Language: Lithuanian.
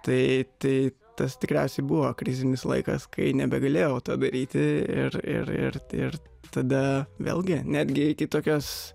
tai tai tas tikriausiai buvo krizinis laikas kai nebegalėjau to daryti ir ir ir ir tada vėlgi netgi iki tokios